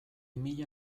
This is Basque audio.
mila